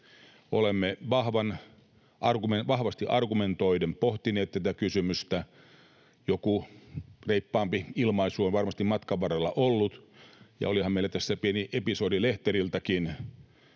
Olemme vahvasti argumentoiden pohtineet tätä kysymystä. Joku reippaampi ilmaisu on varmasti matkan varrella ollut, ja olihan meillä tässä pieni episodi lehteriltäkin.